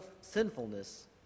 sinfulness